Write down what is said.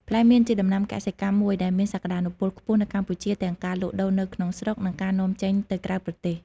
ផ្លែមៀនជាដំណាំកសិកម្មមួយដែលមានសក្តានុពលខ្ពស់នៅកម្ពុជា ទាំងការលក់ដូរនៅក្នុងស្រុក និងការនាំចេញទៅក្រៅប្រទេស។